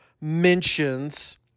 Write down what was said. mentions